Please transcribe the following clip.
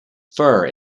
fir